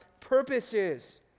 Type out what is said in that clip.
purposes